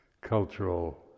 cultural